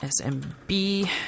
SMB